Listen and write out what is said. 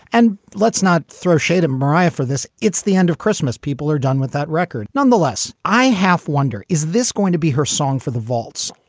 and let's not throw shade of mariah for this. it's the end of christmas. people are done with that record. nonetheless, i half wonder, is this going to be her song for the vaults?